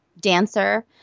dancer